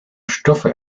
stoffe